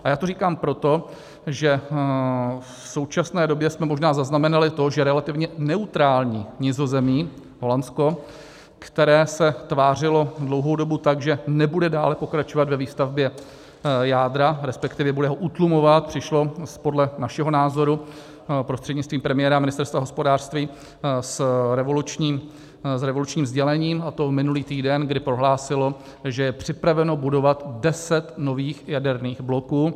Já to říkám proto, že v současné době jste možná zaznamenali to, že relativně neutrální Nizozemí, Holandsko, které se tvářilo dlouhou dobu tak, že nebude dále pokračovat ve výstavbě jádra, resp. bude ho utlumovat, přišlo podle našeho názoru prostřednictvím premiéra a ministerstva hospodářství s revolučním sdělením, a to minulý týden, kdy prohlásilo, že je připraveno budovat deset nových jaderných bloků.